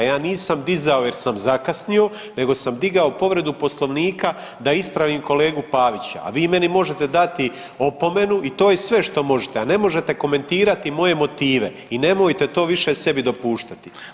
Ja nisam dizao jer sam zakasnio nego sam digao povredu Poslovnika da ispravim kolegu Pavića, a vi meni možete dati opomenu i to je sve što možete, a ne možete komentirati moje motive i nemojte to više sebi dopuštati.